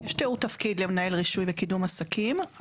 יש תיאור תפקיד למנהל רישוי וקידום עסקים.